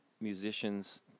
musicians